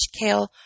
kale